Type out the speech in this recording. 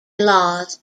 laws